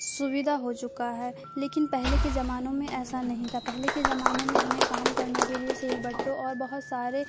سویدھا ہو چکا ہے لیکن پہلے کے زمانوں میں ایسا نہیں تھا پہلے کے زمانوں میں ہمیں کام کرنے کے لیے سیل بٹوں اور بہت سارے